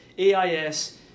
AIS